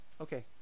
Okay